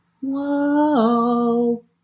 Whoa